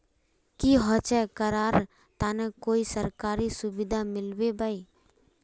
की होचे करार तने कोई सरकारी सुविधा मिलबे बाई?